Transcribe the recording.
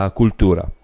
cultura